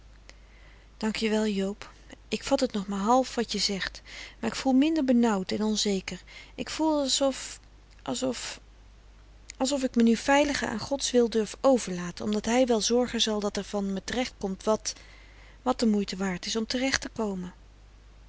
gestuurd dankje wel joob ik vat het nog maar half wat je zegt maar ik voel minder benauwd en onzeker ik voel as of as of als of ik me nu veiliger aan gods wil durf overlaten omdat hij wel zorgen zal dat frederik van eeden van de koele meren des doods er van me terecht komt wat wat de moeite waard is om terecht te komen